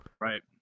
Right